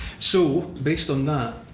so, based on that,